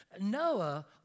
Noah